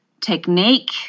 technique